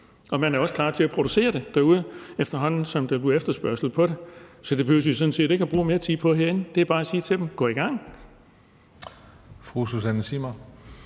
Og man er også klar til at producere det derude, efterhånden som der bliver efterspørgsel på det. Så det behøver vi sådan set ikke at bruge mere tid på herinde. Det er bare at sige til dem: Gå i gang.